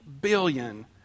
billion